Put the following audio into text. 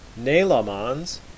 nailamans